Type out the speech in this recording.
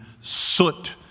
soot